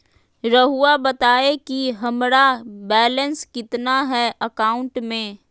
रहुआ बताएं कि हमारा बैलेंस कितना है अकाउंट में?